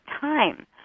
time